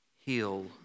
heal